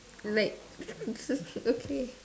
like okay